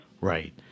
Right